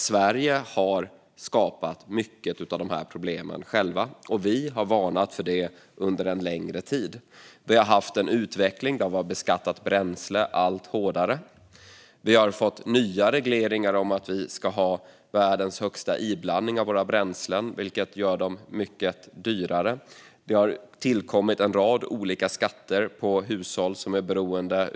Sverige har skapat många av de problemen själva. Vi har varnat för det under en längre tid. Vi har haft en utveckling där man har beskattat bränsle allt hårdare. Vi har fått nya regleringar om att vi ska ha världens högsta inblandning i våra bränslen, vilket gör dem mycket dyrare. Det har tillkommit en rad olika skatter på hushåll som är beroende av bilen.